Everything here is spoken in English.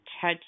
touch